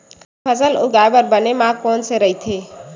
फसल उगाये बर बने माह कोन से राइथे?